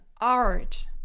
art